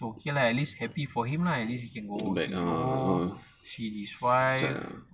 it's okay lah at least happy for him lah at least you know see his wife